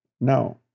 Now